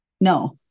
No